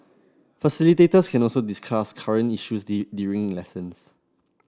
facilitators can also discuss current issues the during lessons